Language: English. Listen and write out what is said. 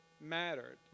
mattered